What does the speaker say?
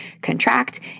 contract